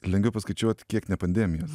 lengviau paskaičiuot kiek ne pandemijos